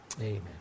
Amen